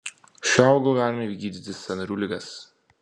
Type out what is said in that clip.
šiuo augalu galime gydyti sąnarių ligas